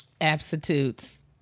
Absolutes